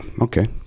Okay